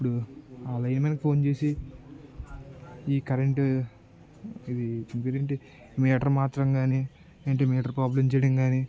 ఇప్పుడు ఆ లైన్మెన్కి ఫోన్ చేసి ఈ కరెంటు ఇది దీని పేరేంటి మీటర్ మార్చడం కానీ ఏంటి మీటర్ ప్రాబ్లం చేయడం కానీ